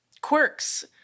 quirks